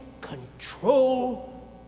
control